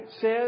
says